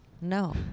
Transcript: No